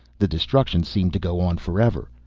the destruction seemed to go on forever.